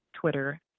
Twitter